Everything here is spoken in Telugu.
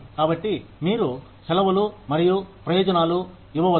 కాబట్టి మీరు సెలవులు మరియు ప్రయోజనాలు ఇవ్వవచ్చు